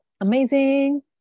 Amazing